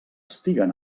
estiguen